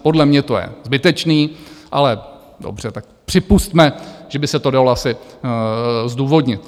Podle mě to je zbytečné, ale dobře, tak připusťme, že by se to dalo asi zdůvodnit.